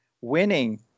winning